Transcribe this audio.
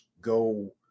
go